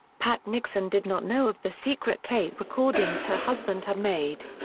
pat nixon did not know of the secret tape recordings her husband had made.